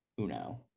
uno